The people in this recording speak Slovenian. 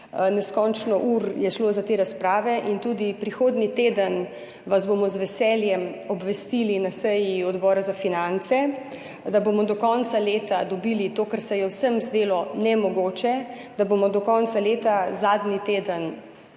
neskončno ur je šlo za te razprave in tudi prihodnji teden vas bomo z veseljem obvestili na seji Odbora za finance, da bomo do konca leta dobili to, kar se je vsem zdelo nemogoče, da bomo do konca leta, predvidoma